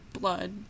blood